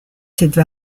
cette